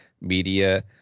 media